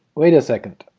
wait a second!